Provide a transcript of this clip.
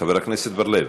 חבר הכנסת בר-לב.